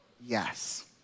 yes